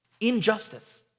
Injustice